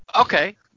Okay